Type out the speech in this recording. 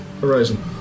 horizon